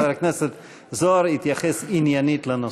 חבר הכנסת זוהר יתייחס עניינית לנושא.